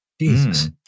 Jesus